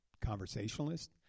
conversationalist